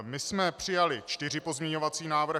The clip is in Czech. My jsme přijali čtyři pozměňovací návrhy.